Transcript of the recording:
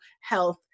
health